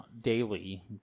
daily